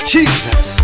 Jesus